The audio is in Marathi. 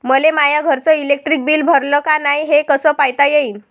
मले माया घरचं इलेक्ट्रिक बिल भरलं का नाय, हे कस पायता येईन?